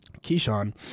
Keyshawn